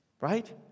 right